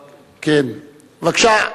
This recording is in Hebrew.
כן, בבקשה,